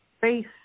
face